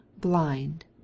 BLIND